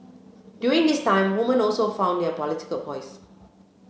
during this time women also found their political voice